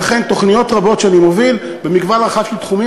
לכן תוכניות רבות שאני מוביל במגוון רחב של תחומים,